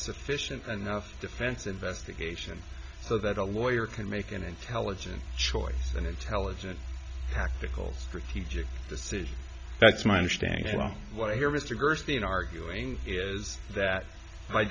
sufficient enough defense investigation so that a lawyer can make an intelligent choice an intelligent tactical strategic decision that's my understanding from what i hear mr gerstein arguing is that